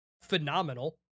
Phenomenal